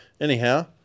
Anyhow